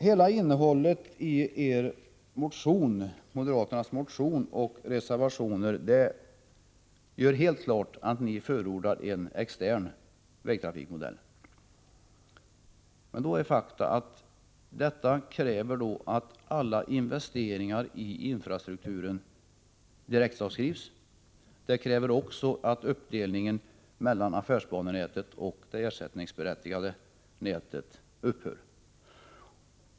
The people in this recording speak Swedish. Hela innehållet i moderaternas motion och reservationer gör helt klart att ni förordar en extern vägtrafikmodell. Men faktum är, att detta kräver att alla investeringar i infrastrukturen direktavskrivs. Det kräver också att uppdelningen mellan affärsbanenätet och det ersättningsberättigade nätet upphör.